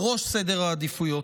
בראש סדר העדיפויות.